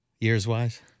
Years-wise